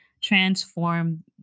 transform